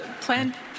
plan